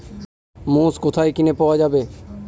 মোষ কোথায় কিনে পাওয়া যাবে?